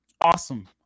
awesome